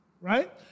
right